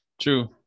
True